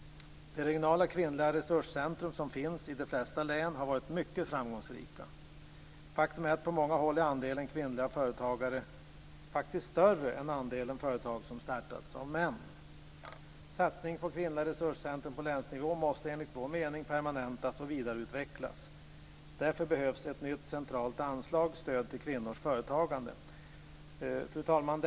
De regionala kvinnliga resurscentrum som finns i de flesta län har varit mycket framgångsrika. Faktum är att på många håll är andelen kvinnliga nyföretagare större än andelen företag som startats av män. Satsningen på kvinnliga resurscentrum på länsnivå måste enligt vår mening permanentas och vidareutvecklas. Därför behövs ett nytt centralt anslag: Stöd till kvinnors företagande. Fru talman!